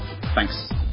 Thanks